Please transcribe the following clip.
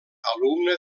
alumne